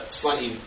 slightly